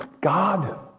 God